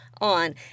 on